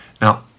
Now